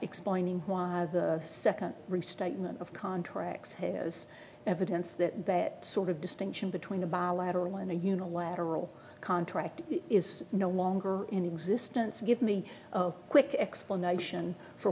explaining why the second restatement of contracts has evidence that sort of distinction between a bilateral and a unilateral contract is no longer in existence give me a quick explanation for